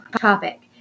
topic